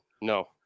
No